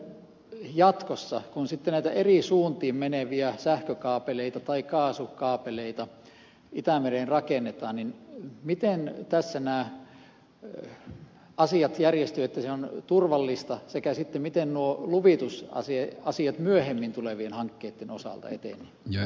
miten jatkossa kun sitten näitä eri suuntiin meneviä sähkökaapeleita tai kaasukaapeleita itämereen rakennetaan nämä asiat järjestyvät että se on turvallista sekä miten nuo luvitusasiat myöhemmin tulevien hankkeitten osalta etenevät